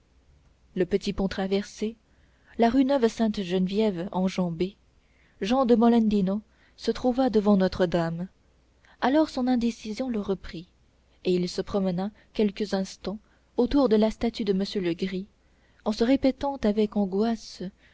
le petit pont traversé la rue neuve-sainte-geneviève enjambée jehan de molendino se trouva devant notre-dame alors son indécision le reprit et il se promena quelques instants autour de la statue de m legris en se répétant avec angoisse